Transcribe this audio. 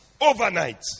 overnight